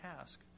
ask